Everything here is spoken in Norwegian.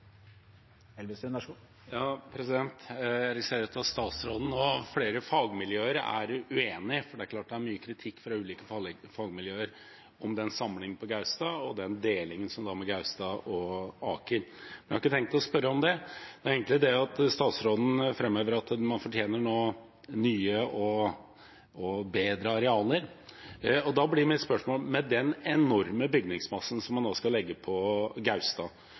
for det er klart det er mye kritikk fra ulike fagmiljøer om en samling på Gaustad, og delingen mellom Gaustad og Aker, men jeg har ikke tenkt å spørre om det. Statsråden framhever at man nå fortjener nye og å bedre arealer. Og da blir mitt spørsmål: Med den enorme bygningsmassen som man nå skal legge på Gaustad,